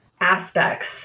aspects